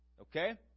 Okay